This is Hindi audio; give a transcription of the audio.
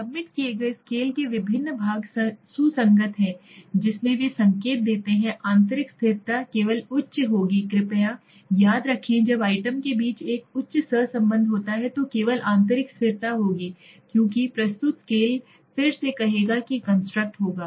सबमिट किए गए स्केल के विभिन्न भाग सुसंगत हैं जिसमें वे संकेत देते हैं आंतरिक स्थिरता केवल उच्च होगी कृपया याद रखें जब आइटम के बीच एक उच्च सहसंबंध होता है तो केवल आंतरिक स्थिरता होगी क्योंकि प्रस्तुत स्केल फिर से कहेगा कि कंस्ट्रक्ट होगा